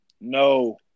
No